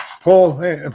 Paul